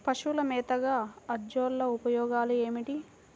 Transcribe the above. పశువుల మేతగా అజొల్ల ఉపయోగాలు ఏమిటి?